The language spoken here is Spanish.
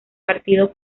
partido